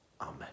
Amen